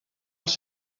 els